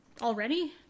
Already